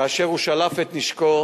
כאשר הוא שלף את נשקו